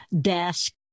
desk